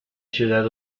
ciudad